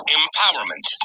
empowerment